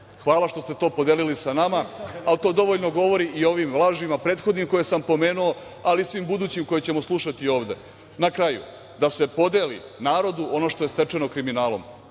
Hvala što ste to podelili sa nama, ali to dovoljno govori i o ovim lažima prethodnim koje sam pomenuo, ali i svim budućim koje ćemo slušati ovde. Na kraju da se podeli narodu ono što je stečeno kriminalom.